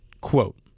quote